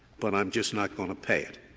but i'm just not gonna pay it,